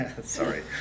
sorry